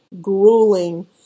grueling